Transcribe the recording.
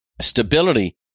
Stability